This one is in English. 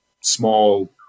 small